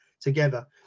together